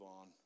on